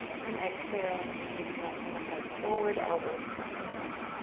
and exhale maybe melting the heart forward. elbows pressing back.